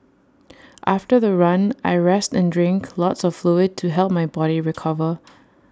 after the run I rest and drink lots of fluid to help my body recover